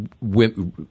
women